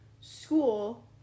school